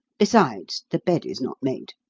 besides, the bed is not made.